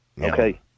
Okay